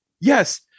Yes